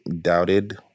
doubted